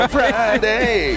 Friday